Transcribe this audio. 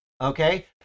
Okay